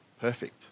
perfect